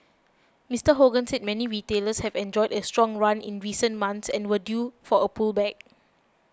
Mister Hogan said many retailers have enjoyed a strong run in recent months and were due for a pullback